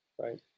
Right